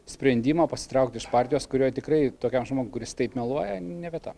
sprendimą pasitraukti iš partijos kurio tikrai tokiam žmogui kuris taip meluoja ne vieta